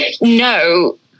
no